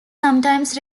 sometimes